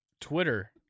Twitter